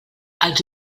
els